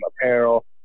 apparel